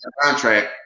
contract